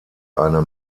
eine